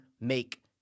make